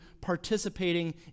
participating